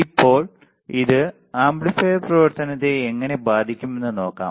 ഇപ്പോൾ ഇത് ആംപ്ലിഫയർ പ്രവർത്തനത്തെ എങ്ങനെ ബാധിക്കുമെന്ന് നോക്കാം